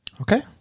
Okay